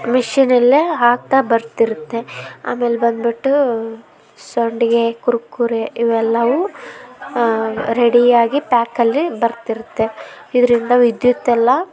ಮಿಷಿನಲ್ಲೇ ಹಾಕ್ತಾ ಬರ್ತಿರುತ್ತೆ ಆಮೇಲೆ ಬಂದುಬಿಟ್ಟು ಸಂಡ್ಗೆ ಕುರ್ಕುರೆ ಇವೆಲ್ಲವೂ ರೆಡಿ ಆಗಿ ಪ್ಯಾಕಲ್ಲಿ ಬರ್ತಿರುತ್ತೆ ಇದರಿಂದ ವಿದ್ಯುತ್ತೆಲ್ಲ